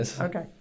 Okay